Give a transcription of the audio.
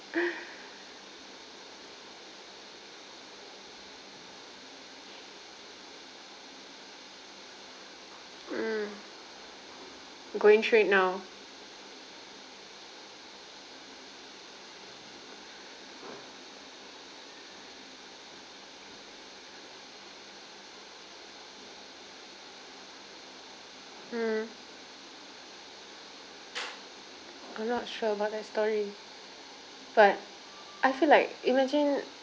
mm going through it now mm I'm not sure about that story but I feel like imagine